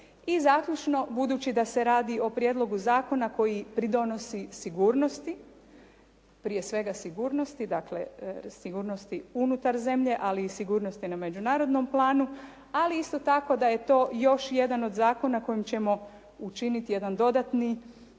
I zaključno budući da se radi o prijedlogu zakona koji pridonosi sigurnosti, prije svega sigurnosti dakle sigurnosti unutar zemlje ali i sigurnosti na međunarodnom planu, ali isto tako da je to još jedan od zakona kojim ćemo učiniti jedan dodatni korak